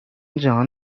جهان